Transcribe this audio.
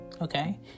Okay